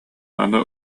аны